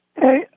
Hey